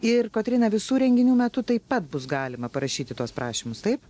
ir kotryna visų renginių metu taip pat bus galima parašyti tuos prašymus taip